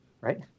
right